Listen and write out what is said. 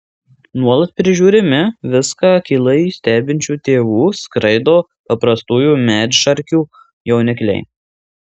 nuolat prižiūrimi viską akylai stebinčių tėvų skraido paprastųjų medšarkių jaunikliai